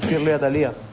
romero leyva